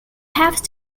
have